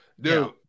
Dude